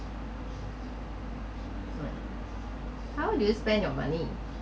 what how do you spend your money